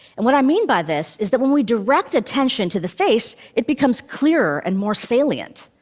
and what i mean by this is that when we direct attention to the face, it becomes clearer and more salient,